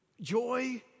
Joy